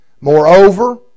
Moreover